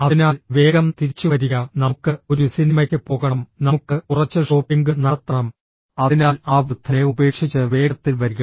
അതിനാൽ വേഗം തിരിച്ചുവരിക നമുക്ക് ഒരു സിനിമയ്ക്ക് പോകണം നമുക്ക് കുറച്ച് ഷോപ്പിംഗ് നടത്തണം അതിനാൽ ആ വൃദ്ധനെ ഉപേക്ഷിച്ച് വേഗത്തിൽ വരിക